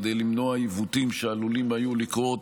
כדי למנוע עיוותים שהיו עלולים לקרות